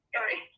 Sorry